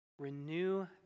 renew